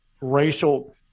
racial